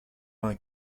vingt